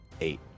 eight